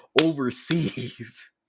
overseas